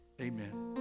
Amen